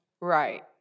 Right